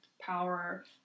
power